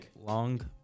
long